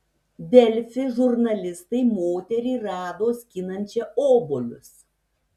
delfi žurnalistai moterį rado skinančią obuolius